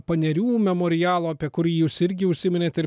panerių memorialo apie kurį jūs irgi užsiminėt ir